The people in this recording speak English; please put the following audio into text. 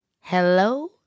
Hello